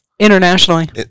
internationally